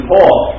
Paul